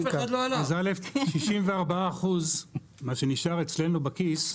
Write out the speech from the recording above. אז א', 64 אחוז, מה שנשאר אצלנו בכיס,